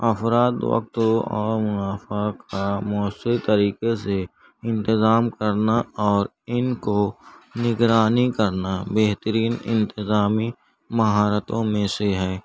افراد وقت اور منافات کا موثر طریقے سے انتظام کرنا اور ان کو نگرانی کرنا بہترین انتظامی مہارتوں میں سے ہے